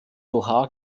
doha